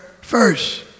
first